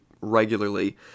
regularly